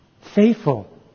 faithful